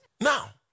Now